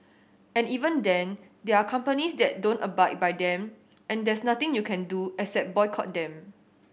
and even then there are companies that don't abide by them and there's nothing you can do except boycott them